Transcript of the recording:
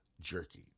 jerky